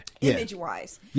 Image-wise